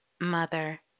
mother